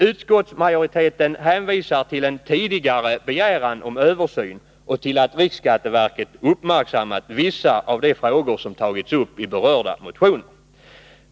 Utskottsmajoriteten hänvisar till en tidigare begäran om översyn och till att riksskatteverket uppmärksammat vissa av de frågor som tagits upp i berörda motion.